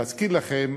להזכיר לכם,